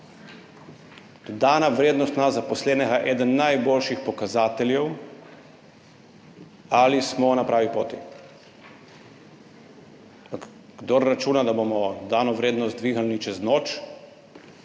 Dodana vrednost na zaposlenega je eden najboljših pokazateljev, ali smo na pravi poti. Ampak kdor računa, da bomo dodano vrednost dvignili čez noč,